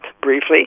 briefly